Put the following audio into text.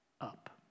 up